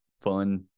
fun